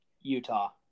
Utah